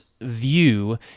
view